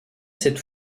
cette